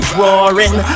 roaring